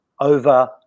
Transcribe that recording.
over